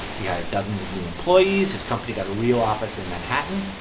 he hired dozens of new employees. his company got a real office in manhattan,